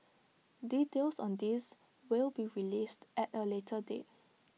details on this will be released at A later date